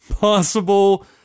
possible